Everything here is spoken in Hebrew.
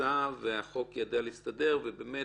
פרצה והחוק יודע להסתדר, ובאמת